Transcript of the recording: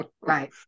Right